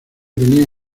tenía